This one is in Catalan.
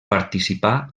participà